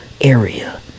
area